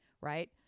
right